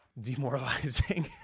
demoralizing